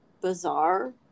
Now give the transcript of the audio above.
bizarre